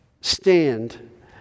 stand